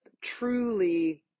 truly